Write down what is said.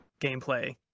gameplay